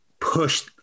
push